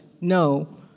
no